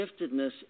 giftedness